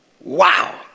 Wow